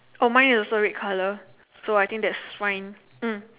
oh mine also red colour so I think that's fine mm